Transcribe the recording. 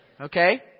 Okay